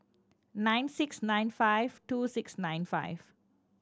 nine six nine five two six nine five